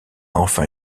enfin